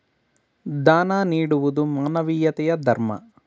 ದಾನ ನೀಡುವುದು ಮಾನವೀಯತೆಯ ಧರ್ಮ